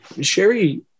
Sherry